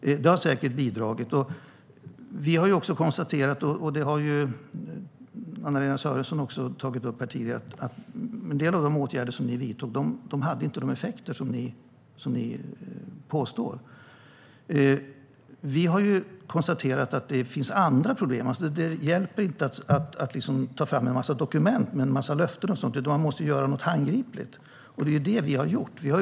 Detta har säkert bidragit. Vi har också konstaterat, vilket även Anna-Lena Sörenson tog upp tidigare, att en del av de åtgärder ni vidtog inte hade de effekter ni påstår. Vi har konstaterat att det finns andra problem. Det hjälper inte att ta fram en massa dokument med en massa löften, utan man måste göra något handgripligt. Det är det vi har gjort.